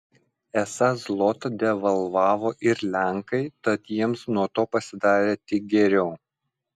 esą zlotą devalvavo ir lenkai tad jiems nuo to pasidarė tik geriau